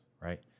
right